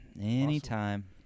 Anytime